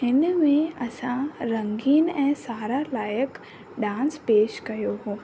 हिन में असां रंगीन ऐं सारा लाइक़ु डांस पेश कयो हो